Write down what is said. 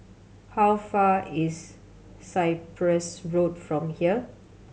how far is Cyprus Road from here